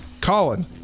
Colin